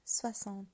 Soixante